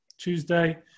Tuesday